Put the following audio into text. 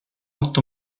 otto